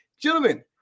gentlemen